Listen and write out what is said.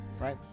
right